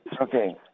Okay